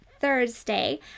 thursday